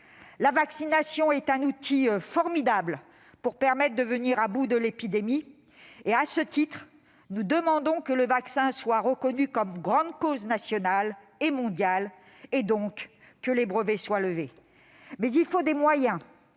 réanimations. C'est un outil formidable pour venir à bout de l'épidémie. À ce titre, nous demandons que le vaccin soit reconnu comme grande cause nationale et mondiale et, donc, que les brevets soient levés. Mais il faut des moyens